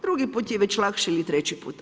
Drugi put je već lakše ili treći put.